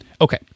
Okay